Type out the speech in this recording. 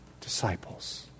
disciples